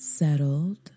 Settled